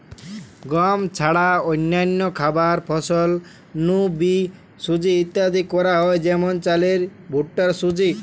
গম ছাড়া অন্যান্য খাবার ফসল নু বি সুজি তৈরি করা হয় যেমন চালের ভুট্টার সুজি